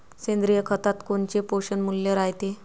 सेंद्रिय खतात कोनचे पोषनमूल्य रायते?